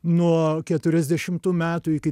nuo keturiasdešimtų metų iki